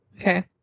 Okay